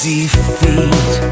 Defeat